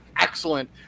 excellent